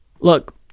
Look